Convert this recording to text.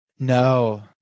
No